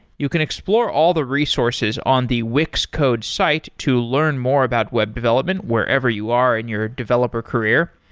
you can explore all the resources on the wix code's site to learn more about web development wherever you are in your developer career.